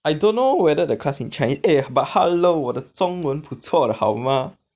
I don't know whether the class in chinese eh but hello 我的中文不错了好吗